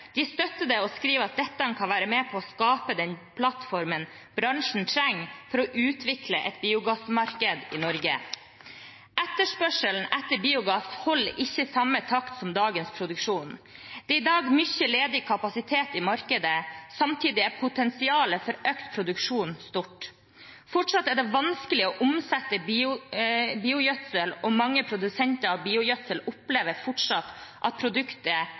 De støtter det og skriver at dette kan være med på å skape den plattformen bransjen trenger for å utvikle et biogassmarked i Norge. Etterspørselen etter biogass holder ikke samme takt som dagens produksjon. Det er i dag mye ledig kapasitet i markedet. Samtidig er potensialet for økt produksjon stort. Fortsatt er det vanskelig å omsette biogjødsel, og mange produsenter av biogjødsel opplever fortsatt at produktet